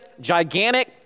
gigantic